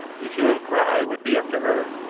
the hue and cry would be after her.